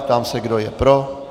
Ptám se, kdo je pro.